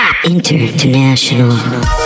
International